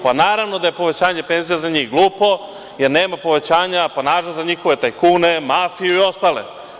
Pa, naravno da je povećanje penzija za njih glupo, jer nema povećanja za njihove tajkune, mafiju i ostale.